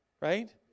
right